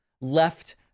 left